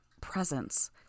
presence